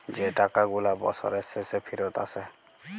যে টাকা গুলা বসরের শেষে ফিরত আসে